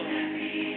happy